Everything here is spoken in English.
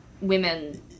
women